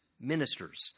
ministers